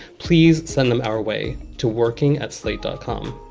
please send them our way to working at slate dot com.